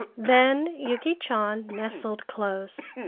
then yuki chan nestled close,